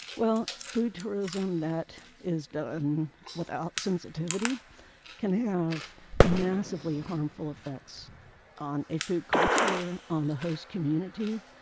well, food tourism that is done without sensitivity can have massively harmful effects on a food culture, on the host community,